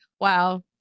wow